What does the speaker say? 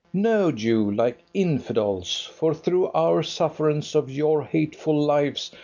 no, jew, like infidels for through our sufferance of your hateful lives,